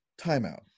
Timeout